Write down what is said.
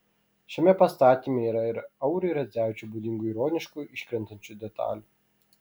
šiame pastatyme yra ir auriui radzevičiui būdingų ironiškų iškrentančių detalių